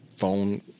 phone